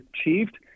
achieved